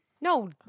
No